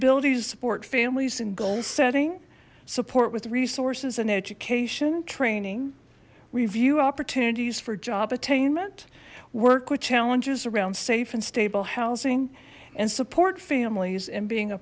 ability to support families in goal setting support with resources and education training review opportunities for job attainment work with challenges around safe and stable housing and support families and being a